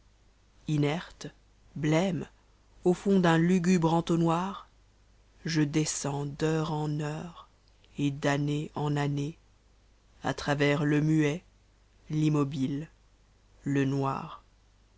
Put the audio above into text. inerte bmme au fond d'an imgnbre entonnoir je descends d'heure en heure et d'année en année a travers le muet l'immobile le noir